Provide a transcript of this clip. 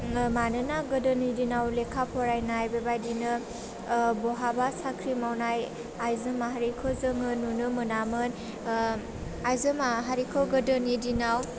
मानोना गोदोनि दिनाव लेखा फरानाय बेबायदिनो बहाबा साख्रि मावनाय आइजो माहारिखौ जोङो नुनो मोनामोन आइजो माहारिखौ गोदोनि दिनाव